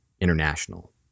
international